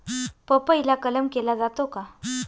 पपईला कलम केला जातो का?